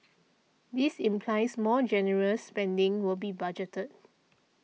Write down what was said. this implies more generous spending will be budgeted